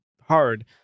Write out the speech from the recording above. hard